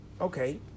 Okay